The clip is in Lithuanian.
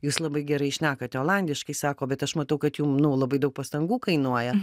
jūs labai gerai šnekate olandiškai sako bet aš matau kad jum nu labai daug pastangų kainuoja